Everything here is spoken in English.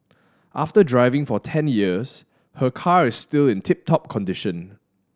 after driving for ten years her car is still in tip top condition